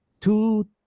two